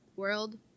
World